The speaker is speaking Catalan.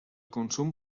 consum